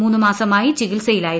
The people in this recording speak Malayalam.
മൂന്നുമാസ്മാർച്ചികിത്സയിലായിരുന്നു